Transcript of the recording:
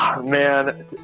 Man